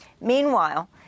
Meanwhile